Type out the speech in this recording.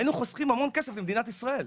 היינו חוסכים המון כסף למדינת ישראל.